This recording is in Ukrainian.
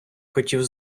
хотів